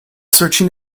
searching